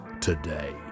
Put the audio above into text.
today